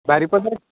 ବାରିପଦାରେ